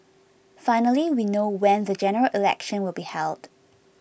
finally we know when the General Election will be held